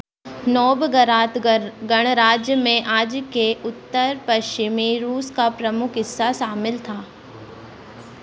Novgorod गणराज्य में आज के उत्तर पश्चिमी रूस का प्रमुख हिस्सा शामिल था